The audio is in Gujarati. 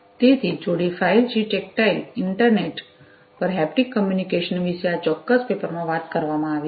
તેથી જોડી ફાઇવ જી ટેક્ટાઇલ ઇન્ટરનેટ પર હેપ્ટિક કમ્યુનિકેશન વિશે આ ચોક્કસ પેપરમાં વાત કરવામાં આવી છે